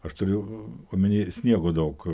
aš turiu omenyje sniego daug